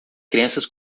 crianças